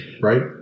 right